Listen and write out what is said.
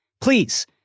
Please